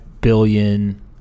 billion